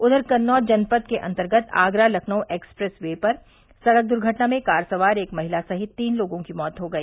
उघर कन्नौज जनपद के अन्तर्गत आगरा लखनऊ एक्सप्रेसवे पर सड़क दुर्घटना में कार सवार एक महिला सहित तीन लोगों की मौत हो गई